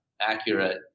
accurate